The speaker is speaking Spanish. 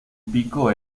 pico